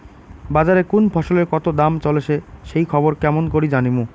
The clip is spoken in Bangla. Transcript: বাজারে কুন ফসলের কতো দাম চলেসে সেই খবর কেমন করি জানীমু?